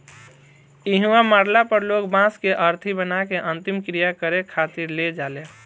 इहवा मरला पर लोग बांस के अरथी बना के अंतिम क्रिया करें खातिर ले जाले